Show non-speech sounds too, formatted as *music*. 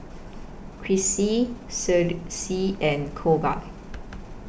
Crissy *unintelligible* C and Kolby